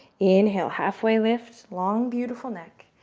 inhale, half way lift. long, beautiful neck.